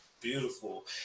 Beautiful